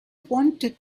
wanted